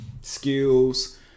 skills